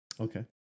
okay